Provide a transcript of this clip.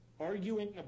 arguing